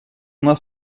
нас